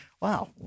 wow